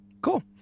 Cool